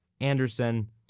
anderson